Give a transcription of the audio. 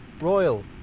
Royal